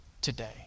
today